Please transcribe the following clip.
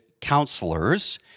counselors